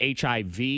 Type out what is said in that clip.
hiv